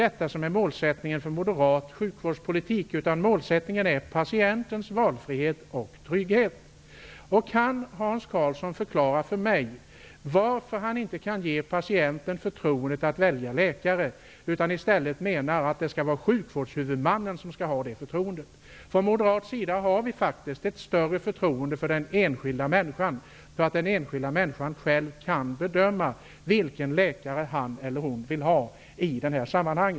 Det är inte målsättningen för moderat sjukvårdspolitik, utan målsättningen är patientens valfrihet och trygghet. Kan Hans Karlsson förklara för mig varför han inte kan ge patienten förtroendet att välja läkare, utan i stället menar att det skall vara sjukvårdshuvudmannen som skall ha det förtroendet? Från moderat sida har vi faktiskt ett större förtroende för den enskilda människan och hennes förmåga att själv bedöma vilken läkare han eller hon vill ha.